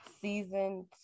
season